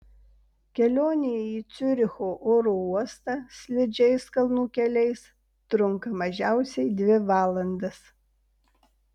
kelionė į ciuricho oro uostą slidžiais kalnų keliais trunka mažiausiai dvi valandas